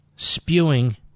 spewing